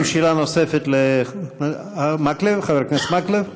שאלה נוספת, חבר הכנסת מקלב.